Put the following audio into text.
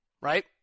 right